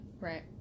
right